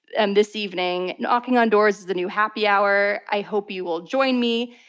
and this evening, knocking on doors is the new happy hour. i hope you will join me,